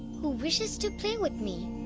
who wishes to play with me.